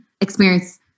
experience